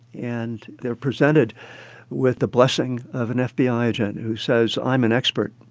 and they're presented with the blessing of an fbi agent who says i'm an expert,